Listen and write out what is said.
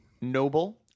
noble